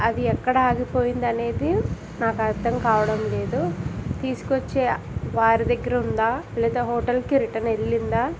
అది ఎక్కడ ఆగిపోయింది అనేది నాకు అర్థం కావడం లేదు తీసుకు వచ్చే వారి దగ్గర ఉందా లేదా హోటల్కి రిటన్ వెళ్ళిందా